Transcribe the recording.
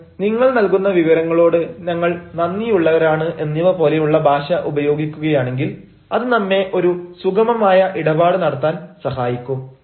നമ്മൾ നിങ്ങൾ നൽകുന്ന വിവരങ്ങളോട് ഞങ്ങൾ നന്ദിയുള്ളവരാണ് എന്നിവ പോലെയുള്ള ഭാഷ ഉപയോഗിക്കുകയാണെങ്കിൽ അത് നമ്മെ ഒരു സുഗമമായ ഇടപാട് നടത്താൻ സഹായിക്കും